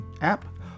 app